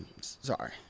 sorry